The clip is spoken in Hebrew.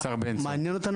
השר בן צור,